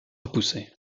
repoussés